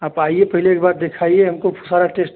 आप आइए पहले एक बार देखाइए हमको सारा टेस्ट